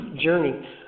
journey